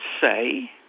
say